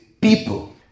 people